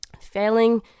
Failing